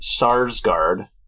Sarsgaard